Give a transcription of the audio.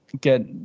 get